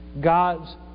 God's